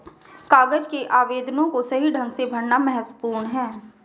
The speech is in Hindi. कागज के आवेदनों को सही ढंग से भरना महत्वपूर्ण है